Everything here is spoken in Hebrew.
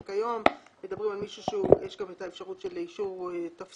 רק היום מדברים על מישהו יש גם אפשרות של אישור טפסנות,